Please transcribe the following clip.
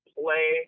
play